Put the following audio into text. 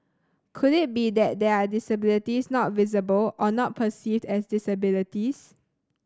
could it be that there are disabilities not visible or not perceived as disabilities